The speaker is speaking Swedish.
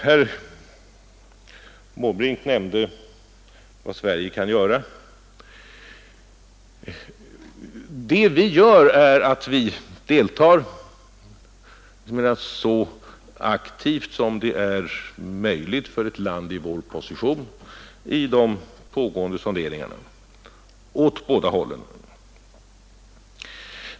Herr Måbrink nämnde vad Sverige kan göra Det vi gör är att vi deltar, så aktivt som det är möjligt för ett land i vår position, i de pågående sonderingarna åt båda hållen.